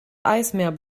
eismeer